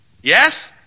yes